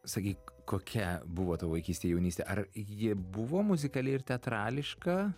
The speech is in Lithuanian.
sakyk kokia buvo tavo vaikystė jaunystė ar ji buvo muzikali ir teatrališka